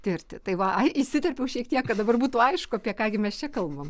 tirti tai va įsiterpiau šiek tiek kad dabar būtų aišku apie ką gi mes čia kalbam